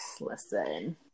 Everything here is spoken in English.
Listen